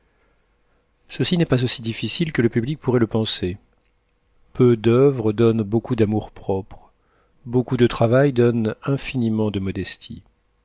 ceci n'est pas aussi difficile que le public pourrait le penser peu d'oeuvres donne beaucoup d'amour-propre beaucoup de travail donne infiniment de modestie